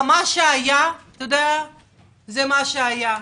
מה שהיה זה מה שהיה,